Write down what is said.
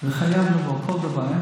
זה חייב לעבור,